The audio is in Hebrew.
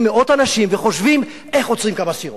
מאות אנשים וחושבים איך עוצרים כמה סירות.